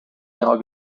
ihrer